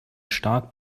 stark